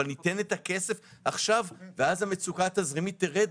אבל ניתן את הכסף עכשיו ואז המצוקה התזרימית תצטמצם.